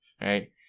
right